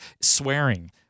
swearing